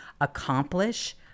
accomplish